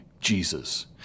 Jesus